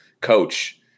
coach